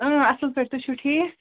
اَ صٕل پٲٹھۍ تُہۍ چھِو ٹھیٖک